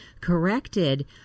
corrected